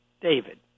David